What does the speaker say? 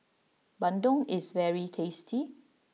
Bandung is very tasty